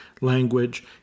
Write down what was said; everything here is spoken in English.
language